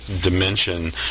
dimension